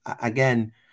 again